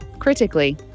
Critically